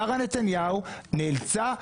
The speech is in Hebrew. שרה נתניהו נאלצה,